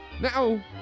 Now